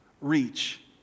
reach